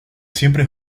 siempre